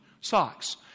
socks